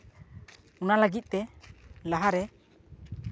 ᱚᱱᱟ ᱞᱟᱹᱜᱤᱫ ᱛᱮ ᱞᱟᱦᱟᱨᱮ